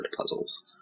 puzzles